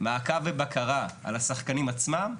מעקב ובקרה על השחקנים עצמם,